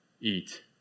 eat